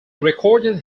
recorded